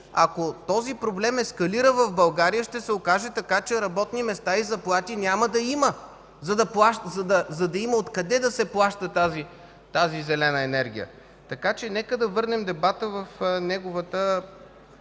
ако този проблем ескалира в България, ще се окаже така, че работни места и заплати няма да има, за да има откъде да се плаща тази зелена енергия. Така че нека да върнем дебата в неговата